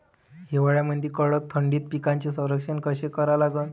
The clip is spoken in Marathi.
हिवाळ्यामंदी कडक थंडीत पिकाचे संरक्षण कसे करा लागन?